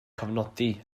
cofnodi